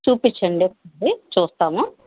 చూపించండి అన్నీ చూస్తాము